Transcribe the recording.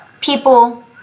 people